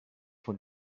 von